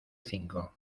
cinco